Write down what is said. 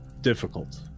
difficult